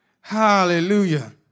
Hallelujah